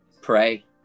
Pray